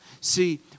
See